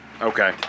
Okay